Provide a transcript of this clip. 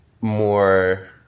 more